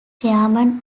chairman